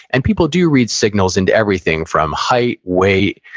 and people do read signals into everything, from height, weight,